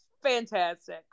fantastic